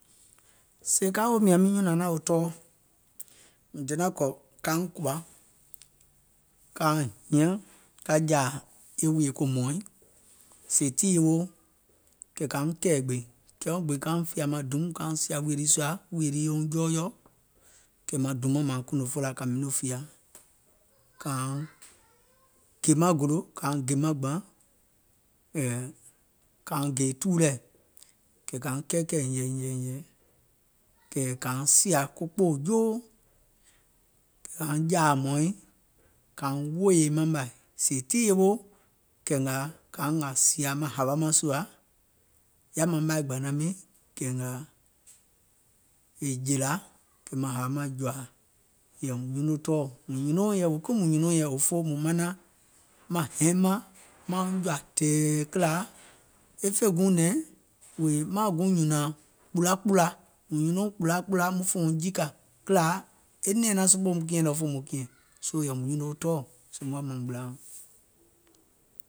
Sèè ka woò mìȧŋ miŋ nyùnȧŋ naȧŋ wo tɔɔ, mìŋ donȧŋ kɔ̀ kauŋ kùwȧ kauŋ hiȧŋ, ka jȧȧ e wùìyè ko hmɔ̀ɔ̀iŋ, sèè tii yeweo kɛ̀ kȧuŋ kɛ̀ɛ̀ gbèìŋ, kɛ̀ɛùŋ gbèìŋ kauŋ fìà maŋ duum kauŋ sìà wùìyè lii sùȧ, wùìyè lil youŋ yɔɔyɔ̀ɔ̀, kɛ̀ maŋ duum mȧŋ mȧuŋ fòla kȧ miŋ noo fìȧ, kȧuŋ gè maŋ gòlò, kȧuŋ gè maŋ gbaŋ, kȧuŋ gè tùu lɛ̀, kɛ̀ kȧuŋ kɛɛkɛ̀ɛ̀ nyɛ̀ɛ̀ nyɛ̀ɛ̀ nyɛ̀ɛ̀, kɛ̀ kȧuŋ siȧ ko kpoò joo kàuŋ jȧȧ hmɔ̀ɔ̀iŋ kȧuŋ wòòyè maŋ mȧì, sèè tii yeweo kɛ̀ ngȧȧ kȧuŋ ngȧȧ sìȧ maŋ hȧwa mȧŋ sùȧ, yaȧ maŋ maì gbȧnaŋ miiŋ, kɛ̀ ngàȧ è jèlȧ, kɛ̀ ngàà maŋ hȧwa mȧŋ jɔ̀ȧȧ, yɛ̀ì mùŋ nyuno tɔɔɔ̀, mùŋ nyùnoùŋ yɛì wèè kiìŋ mùŋ nyùnoùŋ yɛi, mùŋ nyùnoùŋ yɛi òfoo mùŋ manaŋ maŋ hɛiŋ mȧŋ mauŋ jɔ̀ȧ tɛ̀ɛ̀ kìlà, e fè guùŋ nɛ̀ŋ wèè mauŋ guùŋ nyùnȧŋ kpùlakpùla, mùŋ nyùnouŋ kpùlakpùla muŋ fòuŋ jikȧ, kìlȧ e nɛ̀ɛŋ naŋ sòpoò woum kiɛ̀ŋ lɛ wo fò muiŋ kiɛ̀ŋ, soo yɛ̀ì mùŋ nyuno tɔɔɔ̀ seèùm woȧ mȧȧùm gbìlȧuŋ.